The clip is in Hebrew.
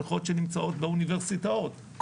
בריכות שנמצאות באוניברסיטאות,